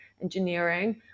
engineering